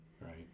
right